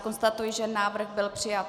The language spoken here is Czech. Konstatuji, že návrh byl přijat.